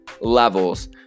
levels